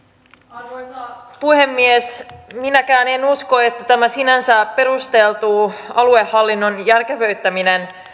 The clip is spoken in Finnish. arvoisa puhemies minäkään en usko että tämä sinänsä perusteltu aluehallinnon järkevöittäminen